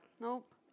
Nope